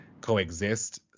coexist